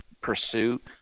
pursuit